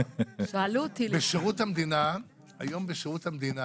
היום בשירות המדינה,